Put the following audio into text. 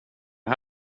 det